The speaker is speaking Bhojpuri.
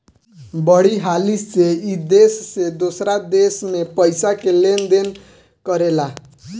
बड़ी हाली से ई देश से दोसरा देश मे पइसा के लेन देन करेला